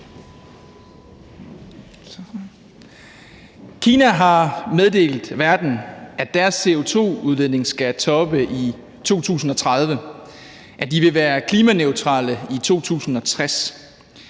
Kina har meddelt verden, at deres CO2-udledning skal toppe i 2030, at de vil være klimaneutrale i 2060.